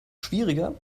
schwieriger